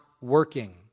working